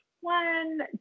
one